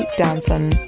dancing